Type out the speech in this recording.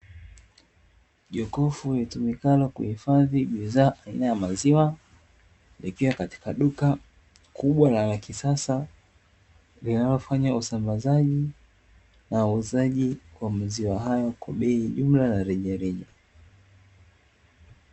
Jokofu litumikalo kuhifadhi bidhaa aina ya maziwa. Likiwa katika duka kubwa na la kisasa linalofanya usambazaji na uuzaji wa maziwa hayo kwa bei ya jumla na rejareja.